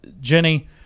Jenny